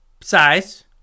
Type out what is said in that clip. size